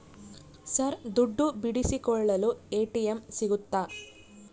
Sir ದುಡ್ಡು ಬಿಡಿಸಿಕೊಳ್ಳಲು ATM ಸಿಗುತ್ತಾ?